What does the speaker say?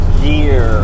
gear